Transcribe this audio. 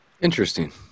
Interesting